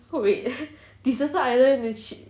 wait aha deserted island 你有没有去